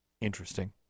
Interesting